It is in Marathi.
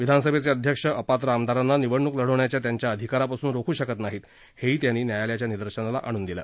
विधानसभेचे अध्यक्ष अपात्र आमदारांना निवडणूक लढवण्याच्या त्यांच्या अधिकारापासून रोखू शकत नाही हेही त्यांनी न्यायालयाच्या निदर्शनाला आणून दिलं